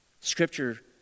Scripture